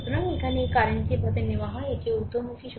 সুতরাং এখানে এই কারেন্টটি এভাবে নেওয়া হয় এটিও ঊর্ধ্বমুখী